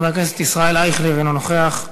חבר הכנסת ישראל אייכלר, אינו נוכח.